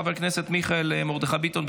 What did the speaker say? חבר הכנסת מיכאל מרדכי ביטון,